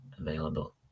available